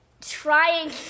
trying